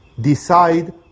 decide